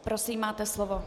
Prosím, máte slovo.